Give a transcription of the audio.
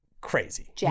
crazy